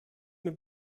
mir